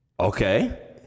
Okay